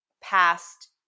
past